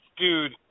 Dude